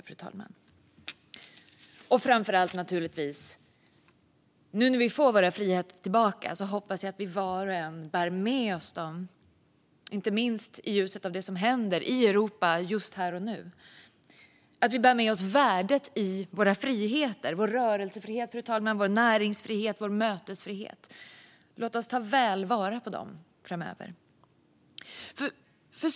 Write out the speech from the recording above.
Framför allt hoppas jag naturligtvis, nu när vi får våra friheter tillbaka, att vi alla bär med oss dessa saker, inte minst i ljuset av det som händer i Europa här och nu och att vi bär med oss värdet av våra friheter - vår rörelsefrihet, vår näringsfrihet och vår mötesfrihet. Låt oss ta väl vara på dem framöver.